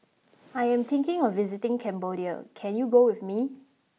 I am thinking of visiting Cambodia Can you go with me